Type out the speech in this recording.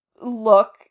look